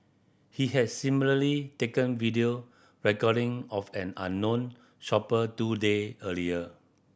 he has similarly taken video recording of an unknown shopper two day earlier